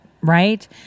right